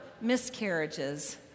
miscarriages